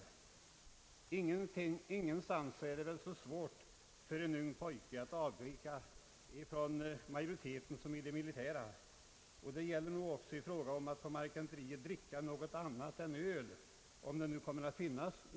Det finns väl inget annat område där det är så svårt för en ung man att avvika från omgivningen som just det militära, något som också får anses gälla att på marketenteriet dricka annat än öl, om nu något annat kommer att finnas.